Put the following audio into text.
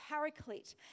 paraclete